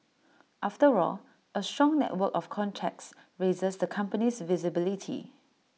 after all A strong network of contacts raises the company's visibility